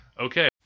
Okay